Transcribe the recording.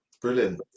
Brilliant